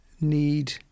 need